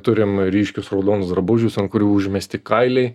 turim ryškius raudonus drabužius ant kurių užmesti kailiai